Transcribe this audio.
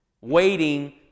waiting